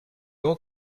all